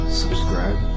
subscribe